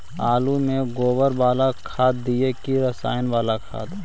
आलु में गोबर बाला खाद दियै कि रसायन बाला खाद?